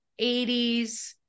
80s